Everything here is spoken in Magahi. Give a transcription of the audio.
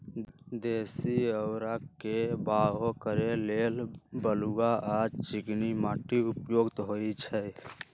देशी औरा के बाओ करे लेल बलुआ आ चिकनी माटि उपयुक्त होइ छइ